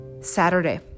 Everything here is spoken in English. Saturday